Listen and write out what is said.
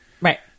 Right